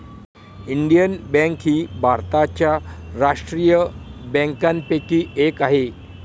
Indian bank ही भारताच्या राष्ट्रीय बँकांपैकी एक आहे